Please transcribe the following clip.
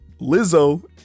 Lizzo